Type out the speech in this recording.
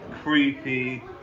creepy